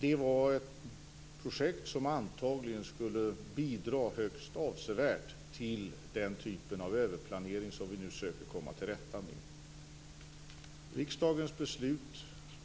Det var ett projekt som antagligen skulle ha bidragit högst avsevärt till den typen av överplanering som vi nu försöker komma till rätta med.